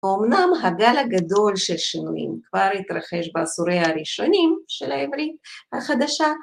אמנם הגל הגדול של שינויים כבר התרחש בעשוריה הראשונים של העברית החדשה.